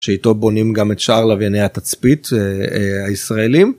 שאיתו בונים גם את שאר לביני התצפית אה.. הישראלים.